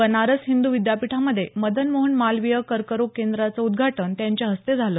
बनारस हिंद विद्यापीठामध्ये मदन मोहन मालवीय कर्करोग केंद्राचं उद्घाटन त्यांच्या हस्ते झालं